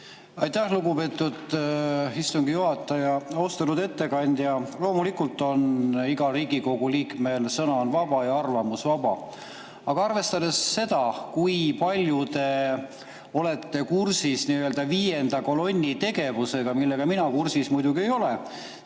Aitäh, lugupeetud istungi juhataja! Austatud ettekandja! Loomulikult, igal Riigikogu liikmel on sõna vaba ja arvamus vaba. Aga arvestades seda, kui palju te olete kursis viienda kolonni tegevusega, millega mina kursis muidugi ei ole,